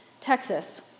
Texas